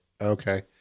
Okay